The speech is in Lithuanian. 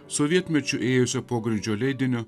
sovietmečiu ėjusio pogrindžio leidinio